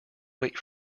wait